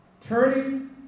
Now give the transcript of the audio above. Turning